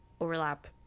overlap